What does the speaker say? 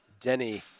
Denny